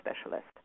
specialist